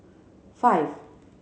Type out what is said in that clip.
five